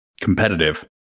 competitive